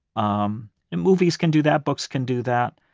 um and movies can do that. books can do that.